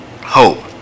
hope